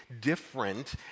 different